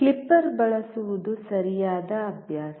clipper ಬಳಸುವುದು ಸರಿಯಾದ ಅಭ್ಯಾಸ